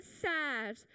sad